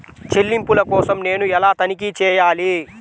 చెల్లింపుల కోసం నేను ఎలా తనిఖీ చేయాలి?